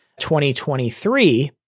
2023